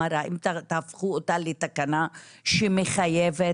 האם תהפכו אותה לתקנה שמחייבת?